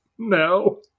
No